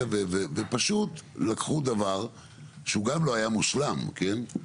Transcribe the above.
פשוט לקחו דבר שהוא גם לא היה מושלם, כן?